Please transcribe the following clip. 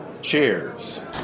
Cheers